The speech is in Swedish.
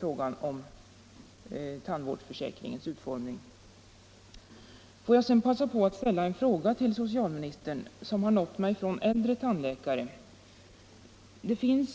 Får jag sedan passa på att ställa en fråga till socialministern som har nått mig från äldre tandläkare. Vi har